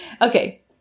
Okay